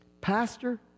Pastor